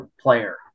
player